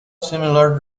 similar